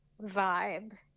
vibe